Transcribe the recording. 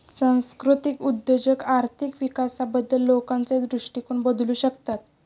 सांस्कृतिक उद्योजक आर्थिक विकासाबद्दल लोकांचे दृष्टिकोन बदलू शकतात